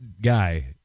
guy